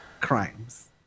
crimes